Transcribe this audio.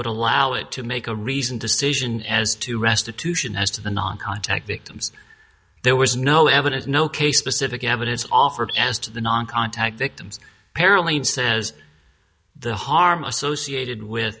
would allow it to make a reasoned decision as to restitution as to the non contact victims there was no evidence no case specific evidence offered as to the non contact victims apparently it says the harm associated with